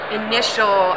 initial